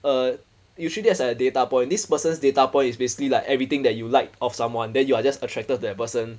uh you treat it as a data point this person's data point is basically like everything that you liked of someone then you are just attracted to that person